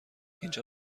اینجا